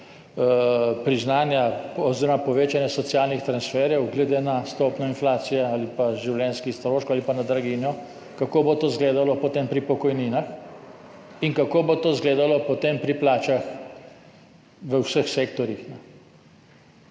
speljali, 70 % povečanja socialnih transferjev glede na stopnjo inflacije ali pa življenjskih stroškov, ali pa na draginjo, kako bo to izgledalo potem pri pokojninah in kako bo to izgledalo potem pri plačah v vseh sektorjih.